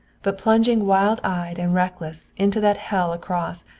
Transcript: but plunging wild-eyed and reckless, into that hell across,